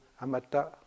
Amata